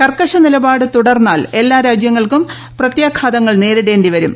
കർക്കശ നിലപാട് തുടർന്നാൽ എല്ലാ രാജ്യങ്ങൾക്കും പ്രത്യാഘാതങ്ങൾ നേരിടേ ിവരും